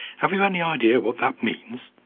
have you any idea what that means?